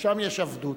ושם יש עבדות.